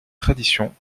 traditions